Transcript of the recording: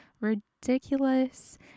ridiculous